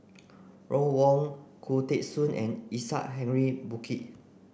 Ron Wong Khoo Teng Soon and Isaac Henry Burkill